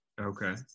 Okay